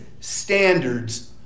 standards